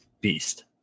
beast